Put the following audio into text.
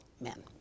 men